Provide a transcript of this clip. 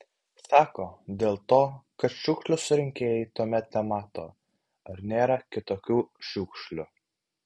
sako dėl to kad šiukšlių surinkėjai tuomet nemato ar nėra kitokių šiukšlių